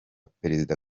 perezida